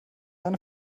eine